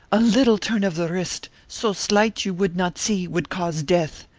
a little turn of the wrist, so slight you would not see, would cause death.